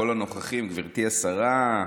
גברתי השרה,